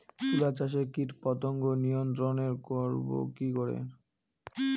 তুলা চাষে কীটপতঙ্গ নিয়ন্ত্রণর করব কি করে?